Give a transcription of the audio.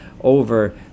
over